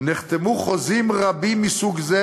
נחתמו חוזים רבים מסוג זה,